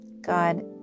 God